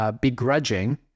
begrudging